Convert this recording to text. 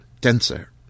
denser